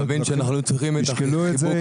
הם ישקלו את זה,